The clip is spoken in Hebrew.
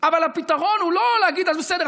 אבל הפתרון הוא לא להגיד: בסדר,